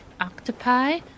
octopi